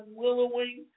willowing